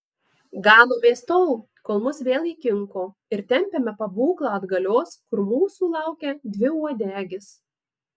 ganomės tol kol mus vėl įkinko ir tempiame pabūklą atgalios kur mūsų laukia dviuodegis